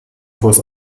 vors